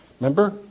remember